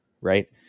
right